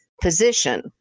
position